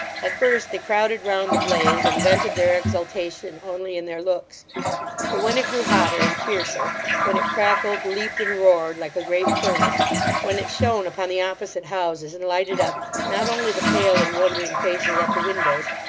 at first they crowded round the blaze, and vented their exultation only in their looks but when it grew hotter and fiercer when it crackled, leaped, and roared, like a great furnace when it shone upon the opposite houses, and lighted up not only the pale and wondering faces at the windows,